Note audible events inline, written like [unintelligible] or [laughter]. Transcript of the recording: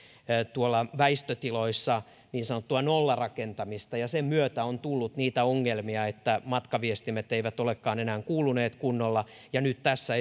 tuolla väistötiloissa käsittelimme niin sanottua nollarakentamista jonka myötä on tullut niitä ongelmia että matkaviestimet eivät olekaan enää kuuluneet kunnolla nyt tässä [unintelligible]